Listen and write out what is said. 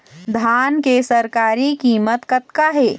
धान के सरकारी कीमत कतका हे?